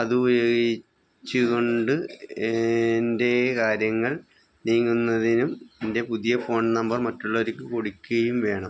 അതുപയോഗിച്ചു കൊണ്ട് എൻ്റെ കാര്യങ്ങൾ നീങ്ങുന്നതിനും എൻ്റെ പുതിയ ഫോൺ നമ്പർ മറ്റുള്ളവർക്ക് കൊടുക്കുകയും വേണം